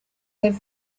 have